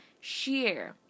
share